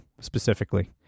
specifically